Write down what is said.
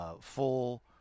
full